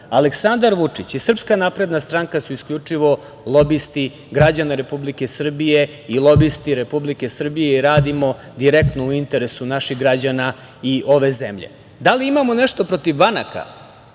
tačno. Aleksandar Vučić i SNS su isključivo lobisti građana Republike Srbije i lobisti Republike Srbije i radimo direktno u interesu naših građana i ove zemlje. Da li imamo nešto protiv banaka?